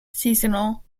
seasonal